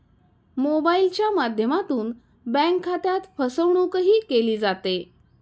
मोबाइलच्या माध्यमातून बँक खात्यात फसवणूकही केली जाते